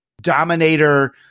Dominator